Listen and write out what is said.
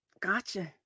Gotcha